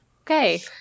Okay